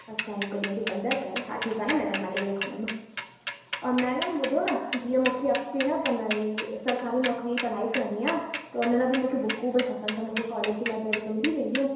अच्छा हिकु ॾींहं जी पंज रूपिया आहे हा ठीकु आहे न मैडम मां ॾेई रखंदमि और मैडम ॿुधो ना जीअं मूंखे न अॻिते न पोइ न ई सरकारी नौकिरी जी पढ़ाई करणी आहे त हुन लाइ बि मूंखे बुकूं बई खपनि त मूंखे कॉलेज लाइब्रेरी में मिली वेंदियूं